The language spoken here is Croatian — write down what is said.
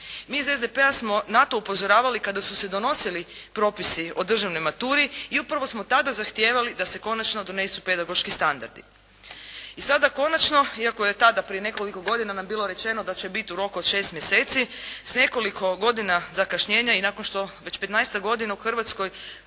Mi iz SDP-a smo na to upozoravali kada su se donosili propisi o državnoj maturi i upravo smo tada zahtijevali da se konačno donesu pedagoški standardi. I sada konačno iako je tada prije nekoliko godina nam bilo rečeno da će biti u roku od 6 mjeseci s nekoliko godina zakašnjenja i nakon što već petnaestak godina u Hrvatskoj